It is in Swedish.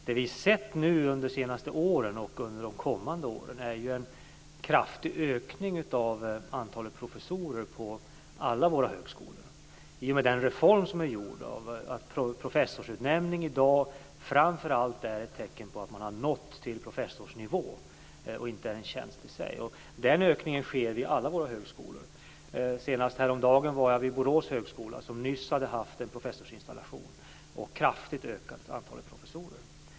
Det som vi har sett under de senaste åren och som vi ser under de kommande åren är ju en kraftig ökning av antalet professorer på alla våra högskolor i och med den reform som är gjord, dvs. att professorsutnämning i dag framför allt är ett tecken på att man har nått till professorsnivå och att det inte är en tjänst i sig. Den ökningen sker vid alla våra högskolor. Senast häromdagen var jag vid Borås högskola som nyss hade haft en professorsinstallation och kraftigt ökat antalet professorer.